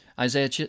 Isaiah